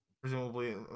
Presumably